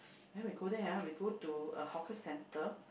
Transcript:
then we go there ah we go to a hawker centre